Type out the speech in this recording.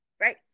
right